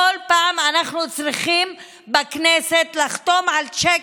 כל פעם אנחנו צריכים בכנסת לחתום על צ'ק